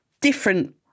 different